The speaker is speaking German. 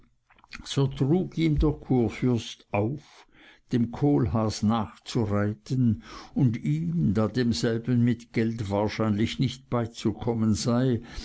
der kurfürst auf dem kohlhaas nachzureiten und ihm da demselben mit geld wahrscheinlich nicht beizukommen sei